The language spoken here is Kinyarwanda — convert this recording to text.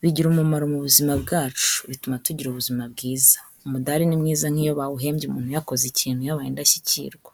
bigira umumaro mu buzima bwacu, bituma tugira ubuzima bwiza, umudari ni mwiza nk'iyo bawuhembye umuntu yakoze ikintu yabaye indashyikirwa.